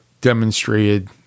demonstrated